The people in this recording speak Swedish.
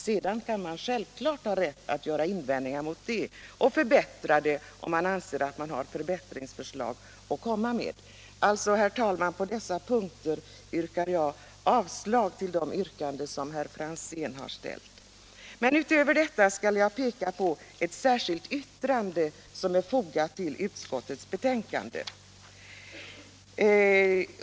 Sedan har man självfallet rätt att göra invändningar mot det och komma med förslag till förbättringar om man har några sådana. Herr talman! På dessa punkter yrkar jag avslag på vpk-motionerna. Utöver detta skall jag ta upp ett särskilt yttrande som är fogat till utskottets betänkande.